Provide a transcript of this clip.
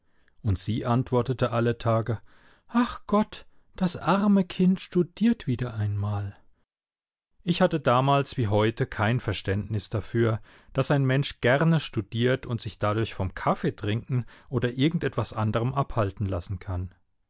und sie antwortete alle tage ach gott das arme kind studiert wieder einmal ich hatte damals wie heute kein verständnis dafür daß ein mensch gerne studiert und sich dadurch vom kaffeetrinken oder irgend etwas anderem abhalten lassen kann